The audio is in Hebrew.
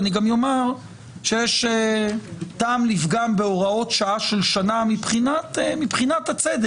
אני גם אומר שיש טעם לפגם בהוראות שעה של שנה מבחינת הצדק.